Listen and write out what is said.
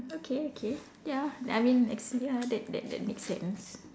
okay okay ya I mean s~ ya that that that make sense